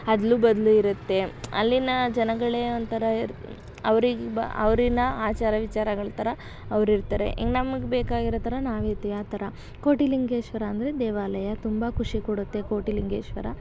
ಅದ್ಲು ಬದಲು ಇರುತ್ತೆ ಅಲ್ಲಿಯ ಜನಗಳೇ ಒಂಥರ ಇರು ಅವ್ರಿಗೆ ಬಾ ಅವ್ರ ಆಚಾರ ವಿಚಾರಗಳ ಥರ ಅವ್ರು ಇರ್ತಾರೆ ಈಗ ನಮಗೆ ಬೇಕಾಗಿರೋ ಥರ ನಾವು ಇರ್ತೀವಿ ಆ ಥರ ಕೋಟಿಲಿಂಗೇಶ್ವರ ಅಂದರೆ ದೇವಾಲಯ ತುಂಬ ಖುಷಿ ಕೊಡುತ್ತೆ ಕೋಟಿಲಿಂಗೇಶ್ವರ